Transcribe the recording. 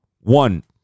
One